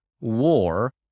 war